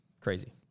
Crazy